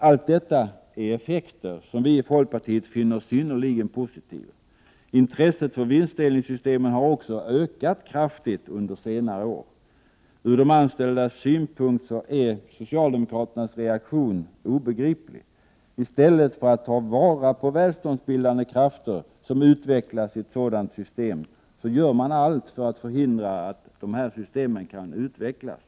Allt detta är effekter som vi i folkpartiet finner synnerligen positiva. Intresset för vinstdelningssystem har också ökat kraftigt under senare år. Ur de anställdas synpunkt är socialdemokraternas reaktion obegriplig. I stället för att ta vara på de välståndsbildande krafter som utvecklas i ett sådant system gör man allt för att förhindra att dessa system kan utvecklas.